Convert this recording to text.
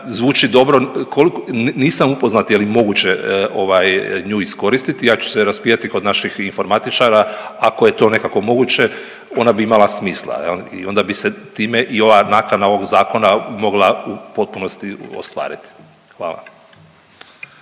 zvuči dobro, koliko, nisam upoznat je li moguće ovaj nju iskoristiti, ja ću se raspitati kod naših informatičara, ako je to nekako moguće, ona bi imala smisla, je li, i onda bi se time i ova nakana ovog Zakona mogla u potpunosti ostvariti. Hvala.